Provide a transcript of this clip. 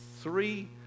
three